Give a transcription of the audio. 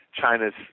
China's